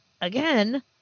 again